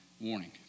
warning